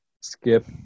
skip